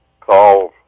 Call